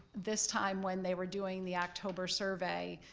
this time, when they were doing the october survey,